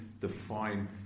define